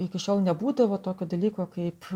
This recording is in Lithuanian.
iki šiol nebūdavo tokio dalyko kaip